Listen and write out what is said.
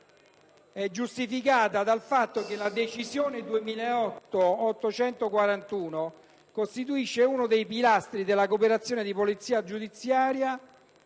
è giustificato dal fatto che la decisione in oggetto costituisce uno dei pilastri della cooperazione di polizia giudiziaria